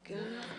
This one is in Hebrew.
בוקר טוב